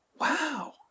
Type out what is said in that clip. Wow